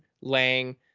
lang